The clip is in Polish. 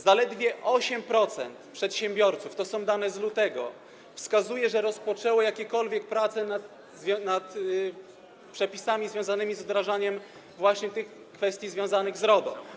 Zaledwie 8% przedsiębiorców - to są dane z lutego - wskazuje, że rozpoczęło jakiekolwiek prace nad przepisami związanymi z wdrażaniem właśnie tych kwestii związanych z RODO.